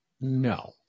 No